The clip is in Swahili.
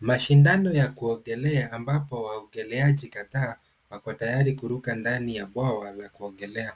Mashindano ya kuogelea ambapo waogeleaji kadhaa wako tayari kuruka ndani ya bwawa la kuogelea.